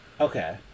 Okay